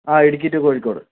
ആ ഇടുക്കി ടു കോഴിക്കോട്